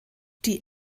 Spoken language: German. die